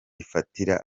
ifatira